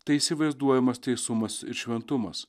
tai įsivaizduojamas teisumas ir šventumas